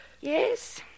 Yes